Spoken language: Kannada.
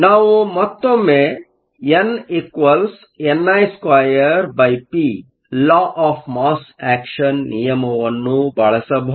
ನಾವು ಮತ್ತೊಮ್ಮೆ n ni2p law of mass action ನಿಯಮವನ್ನು ಬಳಸಬಹುದು